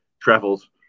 travels